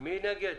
מי נגד?